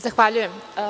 Zahvaljujem.